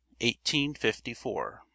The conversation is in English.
1854